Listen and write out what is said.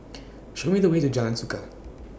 Show Me The Way to Jalan Suka